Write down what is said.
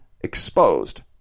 exposed